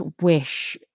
wish